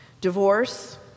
Divorce